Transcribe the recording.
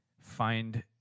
find